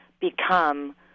become